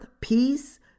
peace